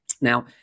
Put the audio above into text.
Now